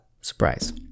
Surprise